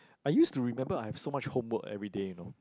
I used to remember I've so much homework everyday you know